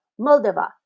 Moldova